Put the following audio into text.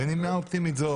בנימה אופטימית זו,